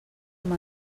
amb